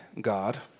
God